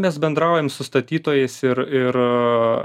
mes bendraujam su statytojais ir ir